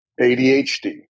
ADHD